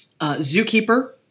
Zookeeper